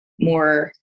more